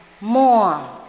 more